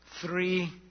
three